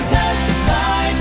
testify